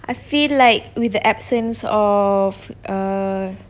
I feel like with the absence of err